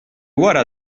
wara